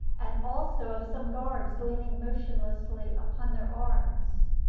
and also of some guards leaning motionlessly upon their arms.